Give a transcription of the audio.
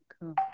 cool